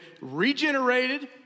regenerated